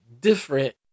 different